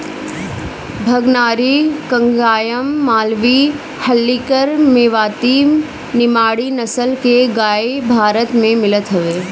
भगनारी, कंगायम, मालवी, हल्लीकर, मेवाती, निमाड़ी नसल के गाई भारत में मिलत हवे